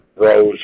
rose